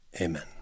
Amen